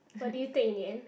what did you take in the end